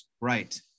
Right